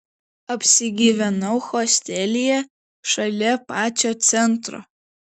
apsigyvenau hostelyje šalia pačio centro